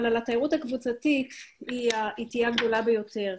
אבל השפעתה על התיירות הקבוצתית היא התהייה הגדולה ביותר.